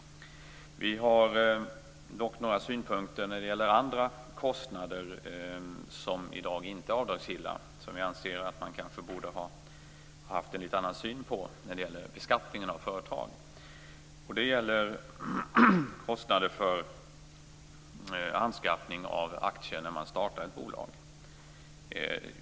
Vi har dock några avvikande synpunkter när det gäller en del andra kostnader, som i dag inte är avdragsgilla vid beskattningen av företag. Det är fråga om kostnader för anskaffning av aktier när man startar ett bolag.